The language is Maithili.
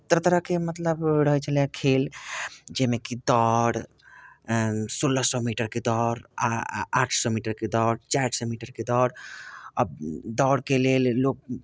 तरह तरहके मतलब रहै छलैए खेल जाहिमे कि दौड़ सोलह सए मीटरके दौड़ आठ सए मीटरके दौड़ चारि सए मीटरके दौड़ आ दौड़के लेल लोक